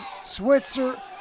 switzer